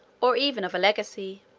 or even of a legacy